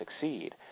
succeed